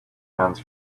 hands